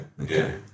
okay